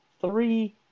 Three